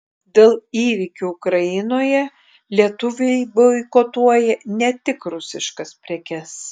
dėl įvykių ukrainoje lietuviai boikotuoja ne tik rusiškas prekes